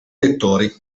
lettori